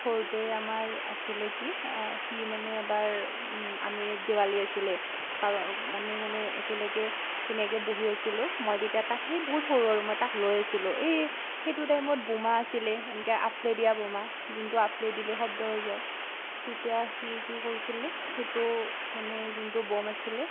সৰুতে আমাৰ আছিলে কি সি মানে এবাৰ আমি দেৱালী আছিলে আমি মানে একেলগে ধুনীয়াকৈ বহি আছিলোঁ মই তেতিয়া তাক সি বহুত সৰু আৰু মই তাক লৈ আছিলোঁ এই সেইটো টাইমত বোমা আছিলে এনেকৈ আফলাই দিয়া বোমা যিটো আফলাই দিলে শব্দ হৈ যায় তেতিয়া সি কি কৰিছিলে সেইটো মানে যোনটো বম আছিলে